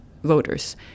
Voters